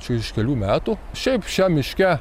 čia iš kelių metų šiaip šiam miške